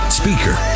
speaker